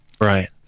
right